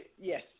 yes